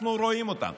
אנחנו רואים אותם,